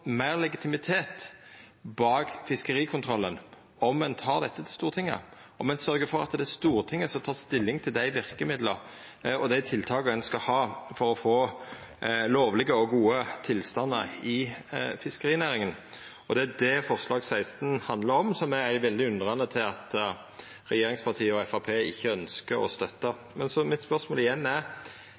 meir legitimitet bak fiskerikontrollen om ein tek dette til Stortinget, om ein sørgjer for at det er Stortinget som tek stilling til dei verkemidla og dei tiltaka ein skal ha for å få lovlege og gode tilstandar i fiskerinæringa? Det er det forslag nr. 16 handlar om, og som eg er veldig undrande til at regjeringspartia og Framstegspartiet ikkje ønskjer å støtta. Så spørsmålet mitt er igjen: